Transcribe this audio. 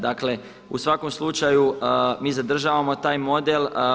Dakle, u svakom slučaju, mi zadržavamo taj model.